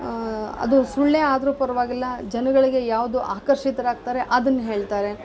ಅದು ಸುಳ್ಳೆ ಆದರು ಪರ್ವಾಗಿಲ್ಲ ಜನಗಳಿಗೆ ಯಾವುದು ಆಕರ್ಷಿತರಾಗ್ತಾರೆ ಅದನ್ನ ಹೇಳ್ತಾರೆ